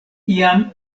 iam